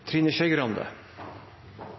Trine Skei Grande